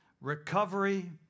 recovery